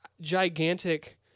gigantic